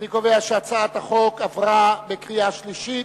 אני קובע שהצעת החוק עברה בקריאה שלישית